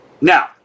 now